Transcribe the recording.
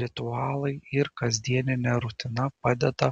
ritualai ir kasdienė rutina padeda